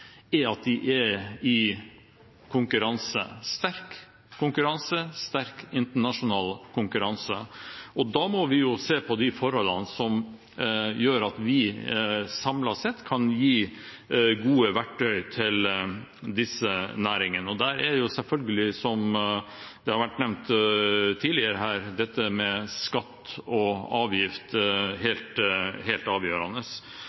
er at de er i sterk konkurranse, sterk internasjonal konkurranse. Og da må vi se på de forholdene som gjør at vi samlet sett kan gi gode verktøy til disse næringene, og da er jo, som tidligere nevnt, dette med skatt og avgifter helt avgjørende.